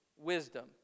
wisdom